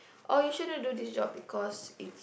or you shouldn't do this job because it's